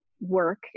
work